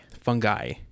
Fungi